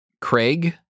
Craig